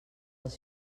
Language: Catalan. els